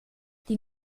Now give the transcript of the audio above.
die